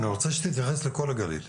אני רוצה שתתייחס לכל הגליל.